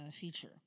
feature